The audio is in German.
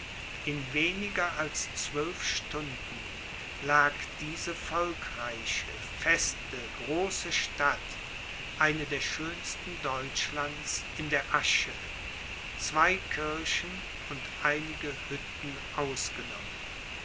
in weniger als zwölf stunden lag diese volkreiche feste große stadt eine der schönsten deutschlands in der asche zwei kirchen und einige hütten ausgenommen